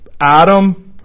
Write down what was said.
Adam